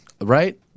Right